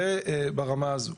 זה ברמה הזאת.